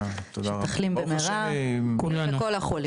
שתחלים במהרה ולכל החולים.